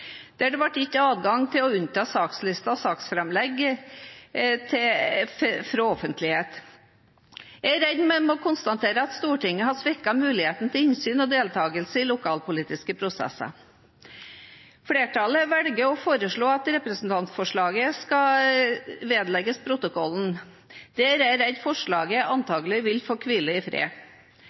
der det ble gitt adgang til å unnta sakslister og saksframlegg fra offentlighet. Jeg er redd vi må konstatere at Stortinget har svekket muligheten til innsyn og deltakelse i lokalpolitiske prosesser. Flertallet velger å foreslå at representantforslaget skal vedlegges protokollen. Der er jeg redd forslaget vil få hvile i fred.